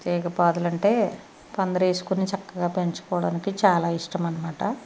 తీగ పాదులంటే పందిరేసుకొని చక్కగా పెంచుకోడానికి చాలా ఇష్టమనమాట